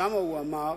שם הוא אמר: